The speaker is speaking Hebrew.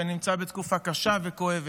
שנמצא בתקופה קשה וכואבת.